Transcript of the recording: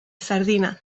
sardina